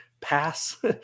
pass